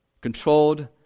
controlled